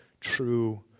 true